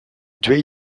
duel